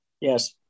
yes